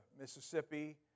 Mississippi